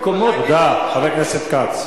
תודה, חבר הכנסת כץ.